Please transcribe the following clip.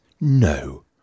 no